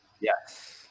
Yes